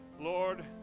Lord